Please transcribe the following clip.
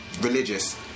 religious